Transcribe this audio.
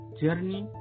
journey